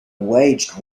waged